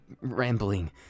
rambling